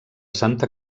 santa